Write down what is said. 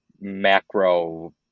macro